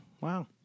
wow